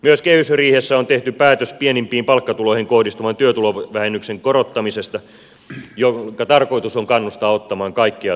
myös kehysriihessä on tehty päätös pienimpiin palkkatuloihin kohdistuvan työtulovähennyksen korottamisesta jonka tarkoitus on kannustaa ottamaan kaikkea työtä vastaan